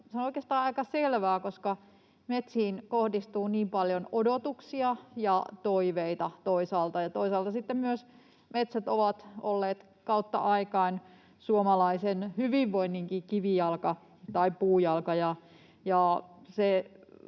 se on oikeastaan aika selvää, koska toisaalta metsiin kohdistuu niin paljon odotuksia ja toiveita ja toisaalta sitten myös metsät ovat olleet kautta aikain suomalaisen hyvinvoinninkin kivijalka — tai puujalka